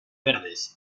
verdes